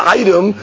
item